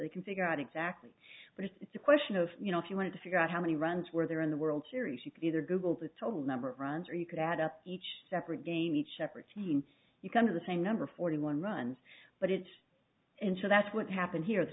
you can figure out exactly but it's a question of you know if you want to figure out how many runs were there in the world series you could either google the total number of runs or you could add up each separate game each separate team you come to the same number forty one runs but it's and so that's what happened here